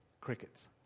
Crickets